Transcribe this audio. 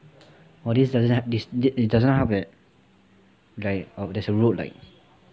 orh this doesn't help like it doesn't help that like err there's a road like